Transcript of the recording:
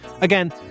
Again